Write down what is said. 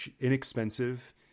inexpensive